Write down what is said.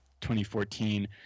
2014